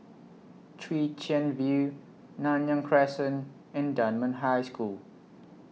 Chwee Chian View Nanyang Crescent and Dunman High School